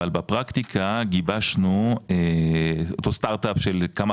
אבל בפרקטיקה גיבשנו את אותו סטארט אפ של כמה